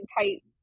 tight